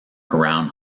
around